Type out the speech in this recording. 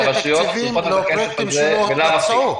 כי הרשויות צריכות את הכסף הזה בלאו הכי.